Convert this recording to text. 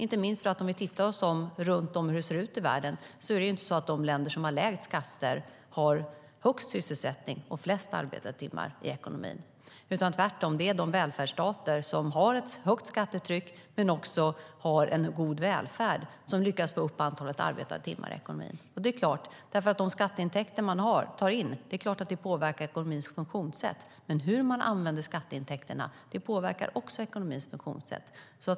Om vi ser oss om i världen är det inte de länder som har lägst skatter som har högst sysselsättning och flest arbetade timmar i ekonomin. Tvärtom är det de välfärdsstater som har ett högt skattetryck och en god välfärd som lyckas öka antalet arbetade timmar i ekonomin. De skatteintäkter som kommer in påverkar ekonomins funktionssätt, men hur man använder skatteintäkterna påverkar också ekonomins funktionssätt.